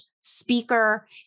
speaker